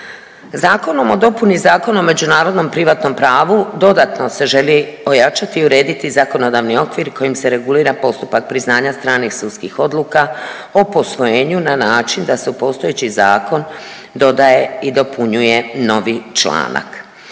Zakonom o dopuni Zakona o međunarodnom privatnom pravu dodatno se želi ojačati i urediti zakonodavni okvir kojim se regulira postupak priznanja stranih sudskih odluka o posvojenju na način da se u postojeći zakon dodaje i dopunjuje novi članak.